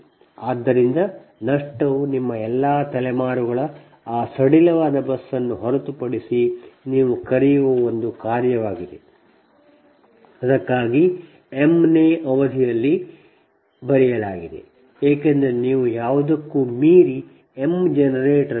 ಆದ್ದರಿಂದ ನಷ್ಟವು ನಿಮ್ಮ ಎಲ್ಲಾ ತಲೆಮಾರುಗಳ ಆ ಸಡಿಲವಾದ ಬಸ್ ಅನ್ನು ಹೊರತುಪಡಿಸಿ ನೀವು ಕರೆಯುವ ಒಂದು ಕಾರ್ಯವಾಗಿದೆ ಅದಕ್ಕಾಗಿಯೇ ಇದನ್ನು m ನೇ ಅವಧಿಗೆ ಬರೆಯಲಾಗಿದೆ ಏಕೆಂದರೆ ನೀವು ಯಾವುದಕ್ಕೂ ಮೀರಿ m ಜನರೇಟರ್ ಅನ್ನು ಹೊಂದಿದ್ದೀರಿ